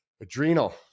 Adrenal